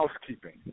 housekeeping